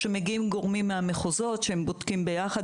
מגיעים גורמים מהמחוזות שבודקים ביחד,